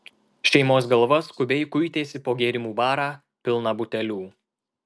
šeimos galva skubiai kuitėsi po gėrimų barą pilną butelių